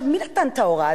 מי נתן את ההוראה?